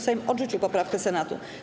Sejm odrzucił poprawkę Senatu.